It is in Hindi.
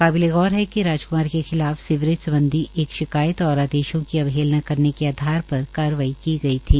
काबिले गौर है कि राजकुमार के खिलाफ सीवरेज सम्बधी एक शिलान्यास और आदेश की अवहेलना करने के आधार पर कारवाई की गई थी